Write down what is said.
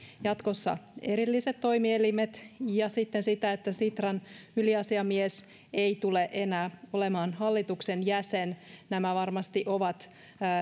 jatkossa erilliset toimielimet ja sitten sitä että sitran yliasiamies ei tule enää olemaan hallituksen jäsen nämä varmasti ovat